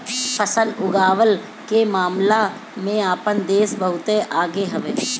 फसल उगवला के मामला में आपन देश बहुते आगे हवे